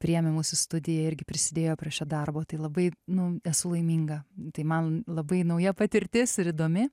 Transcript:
priėmė mus į studiją irgi prisidėjo prie šio darbo tai labai nu esu laiminga tai man labai nauja patirtis ir įdomi